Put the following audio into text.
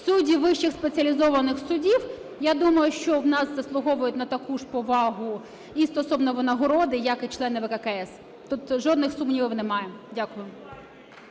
Судді вищих спеціалізованих судів, я думаю, що у нас заслуговують на таку ж повагу і стосовно винагороди, як і члени ВККС. Тут жодних сумнівів немає. Дякую.